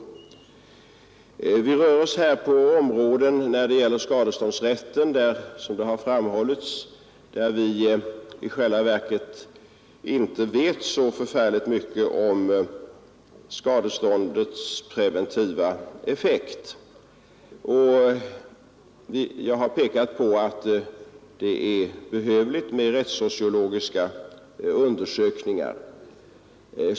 Såsom tidigare har framhållits rör vi oss här på områden av skadeståndsrätten, där vi i själva verket inte vet särskilt mycket om skadeståndets preventiva effekter. Jag har pekat på att det här föreligger ett behov av rättssociologiska undersökningar.